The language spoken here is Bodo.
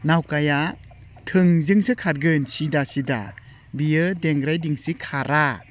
नावखाया थोंजोंसो खारगोन सिदा सिदा बियो देंग्राय दिंसि खारा